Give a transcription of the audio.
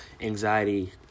anxiety